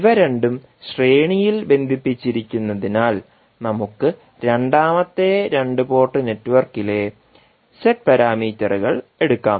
ഇവ രണ്ടും ശ്രേണിയിൽ ബന്ധിപ്പിച്ചിരിക്കുന്നതിനാൽ നമുക്ക് രണ്ടാമത്തെ രണ്ട് പോർട്ട് നെറ്റ്വർക്കിലെ ഇസെഡ് പാരാമീറ്ററുകൾ എടുക്കാം